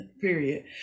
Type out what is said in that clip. Period